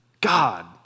God